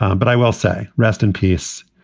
um but i will say rest in peace.